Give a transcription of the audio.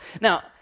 now